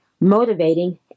motivating